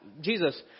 Jesus